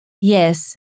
Yes